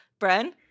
Bren